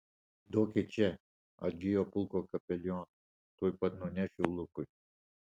duokit čia atgijo pulko kapelionas tuoj pat nunešiu lukui